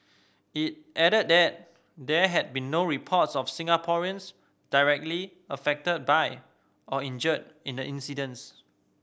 it added that there had been no reports of Singaporeans directly affected by or injured in the incidents